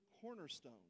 cornerstone